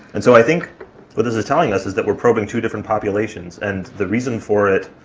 and so i think what this is telling us is that we're probing two different populations. and the reason for it,